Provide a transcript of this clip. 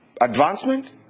advancement